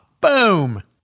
Boom